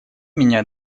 меня